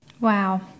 Wow